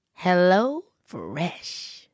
HelloFresh